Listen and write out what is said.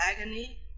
agony